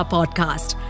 Podcast